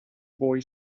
boy